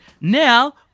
now